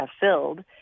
filled